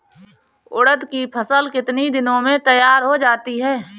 उड़द की फसल कितनी दिनों में तैयार हो जाती है?